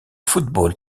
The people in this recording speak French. football